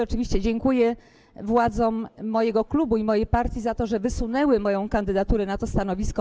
Oczywiście dziękuję władzom mojego klubu i mojej partii za to, że wysunęły moją kandydaturę na to stanowisko.